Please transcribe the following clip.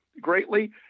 greatly